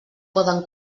poden